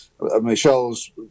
Michelle's